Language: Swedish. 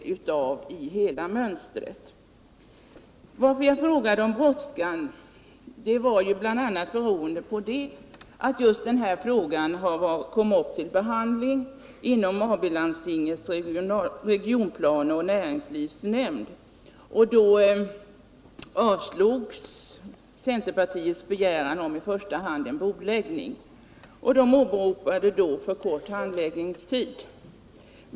En av orsakerna till att jag frågade om brådskan var att just det här problemet kom upp till behandling inom AB-landstingets regionplaneoch näringslivsnämnd. Då avslogs centerpartiets begäran om i första hand en bordläggning. De åberopade då för kort handläggningstid.